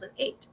2008